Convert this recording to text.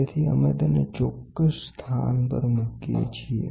તેથી આપણે તેને ચોક્કસ સ્થાન પર મૂકીએ છીએ